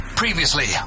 Previously